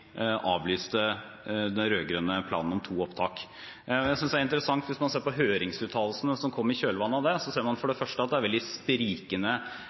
avlyste den rød-grønne planen om to opptak. Jeg synes det er interessant at når man ser på høringsuttalelsene som kom i kjølvannet av det, så ser man for det første at det er veldig sprikende